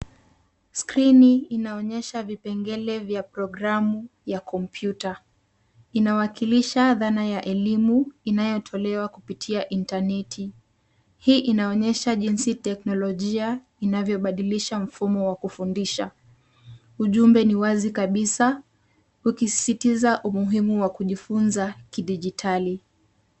Skrini inaonyesha vipengele vya programu ya komputa inawakilisha dhana ya elimu inayotolewa kupitia internet . Hii inaonyesha jinsi teknolojia inavyo badilisha mfumo wa kufundisha ujumbe ni wazi kabisa. Ukisisitiza umuhimu wa kujifunza kidigitali.